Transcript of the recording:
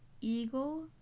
Eagle